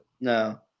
No